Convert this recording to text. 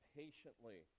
patiently